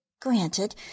Granted